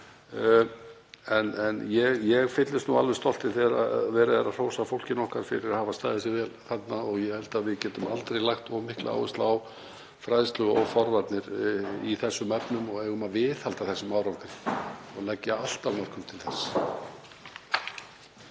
En ég fyllist stolti þegar verið er að hrósa fólkinu okkar fyrir að hafa staðið sig vel þarna og ég held að við getum aldrei lagt of mikla áherslu á fræðslu og forvarnir í þessum efnum og eigum að viðhalda þessum árangri og leggja allt í sölurnar til þess.